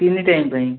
ତିନି ଟାଇମ୍ ପାଇଁ